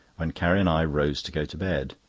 when carrie and i rose to go to bed.